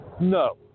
no